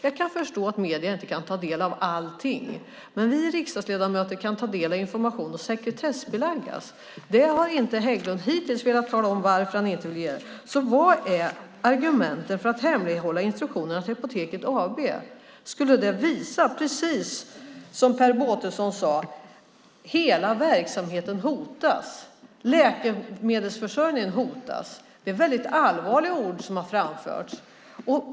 Jag kan förstå att medierna inte kan ta del av allting, men vi riksdagsledamöter kan ta del av information som sedan sekretessbeläggs. Hägglund har hittills inte velat tala om varför han inte vill göra så. Vilka är argumenten för att hemlighålla instruktionerna till Apoteket AB? Skulle det, precis som Per Båtelson sade, visa att hela verksamheten och läkemedelsförsörjningen hotas? Det är allvarliga ord som har framförts.